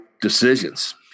decisions